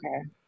okay